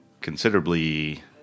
considerably